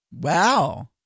Wow